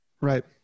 Right